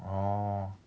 orh